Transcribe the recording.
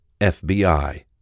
FBI